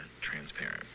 transparent